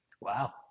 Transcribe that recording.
Wow